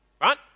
Right